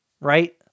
right